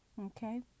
okay